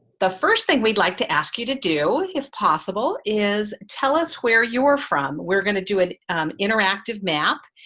the first thing we'd like to ask you to do, if possible, is tell us where you're from. we're gonna do an interactive map,